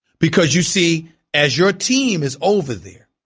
because you see as your team is over there